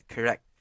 Correct